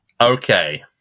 Okay